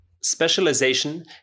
specialization